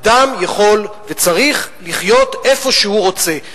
אדם יכול וצריך לחיות איפה שהוא רוצה,